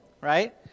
right